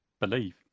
believe